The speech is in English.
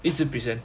一直 present